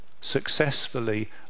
successfully